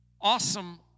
Awesome